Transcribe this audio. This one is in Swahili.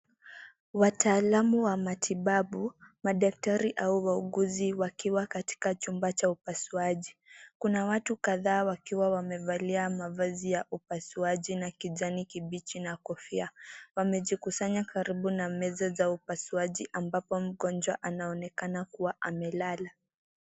Wataalamu wa matibabu, madaktari au wauguzi wakiwa katika chumba cha upasuaji. Kuna watu kadhaa wakiwa wamevalia mavazi ya upasuaji na kijani kibichi na kofia. Wamejikusanya karibu na meza za upasuaji ambapo mgonjwa anaonekana kuwa amelala.